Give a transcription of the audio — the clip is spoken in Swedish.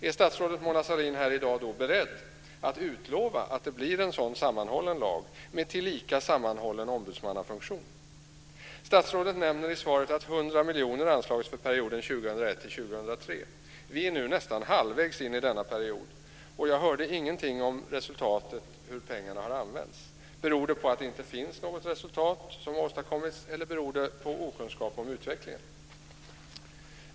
Är statsrådet Mona Sahlin här i dag beredd att utlova att det blir en sådan sammanhållen lag med tillika sammanhållen ombudsmannafunktion? Statsrådet nämner i svaret att 100 miljoner anslagits för perioden 2001-2003. Vi är nu nästan halvvägs inne i denna period, och jag hörde ingenting om resultatet och hur pengarna har använts. Beror det på att det inte finns något resultat som åstadkommits eller beror det på okunskap om utvecklingen?